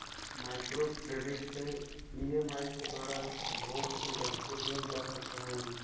micro credit से EMI के द्वारा उपभोग के वस्तु लेल जा सकऽ हई